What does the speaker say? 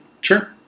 Sure